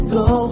go